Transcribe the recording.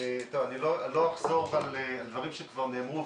לא אחזור על דברים שכבר נאמרו,